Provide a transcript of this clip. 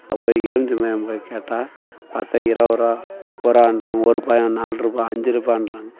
போய் எலுமிச்சம் பழம் போய் கேட்டால் பார்த்தா இருவது ரூபா முப்பது ரூபான்றாங்க ஒரு பழம் நாலு ரூபாய் அஞ்சு ரூபாங்றாங்க